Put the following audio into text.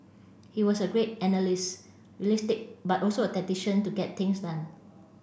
he was a great analyst realistic but also a tactician to get things done